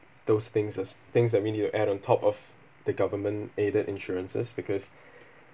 those things as things that we need to add on top of the government aided insurances because